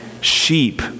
sheep